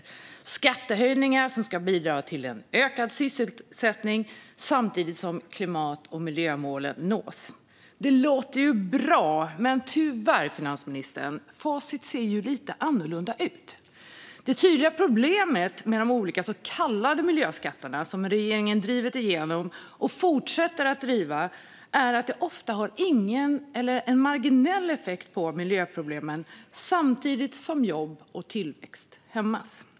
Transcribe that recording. Det är skattehöjningar som ska bidra till en ökad sysselsättning samtidigt som klimat och miljömålen nås. Det låter ju bra. Men tyvärr, finansministern, ser facit lite annorlunda ut. Det tydliga problemet med de olika så kallade miljöskatterna som regeringen har drivit igenom och fortsätter att driva igenom är att de ofta har ingen eller bara marginell effekt på miljöproblemen samtidigt som jobb och tillväxt hämmas.